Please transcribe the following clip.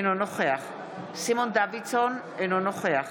אינו נוכח סימון דוידסון, אינו נוכח